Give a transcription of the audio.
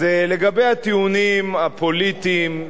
אז לגבי הטיעונים הפוליטיים,